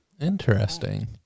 Interesting